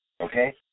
Okay